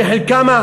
שחלקם,